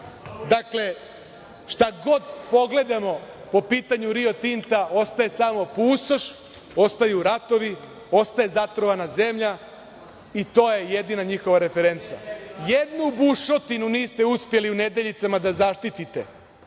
Dakle, šta god pogledamo po pitanju Rio Tinta ostaje samo pustoš, ostaju ratovi, ostaje zatrovana zemlja i to je jedina njihova referenca. Jednu bušotinu niste uspeli u Nedeljicama da zaštitite